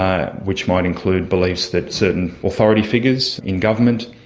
ah which might include beliefs that certain authority figures in government,